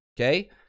Okay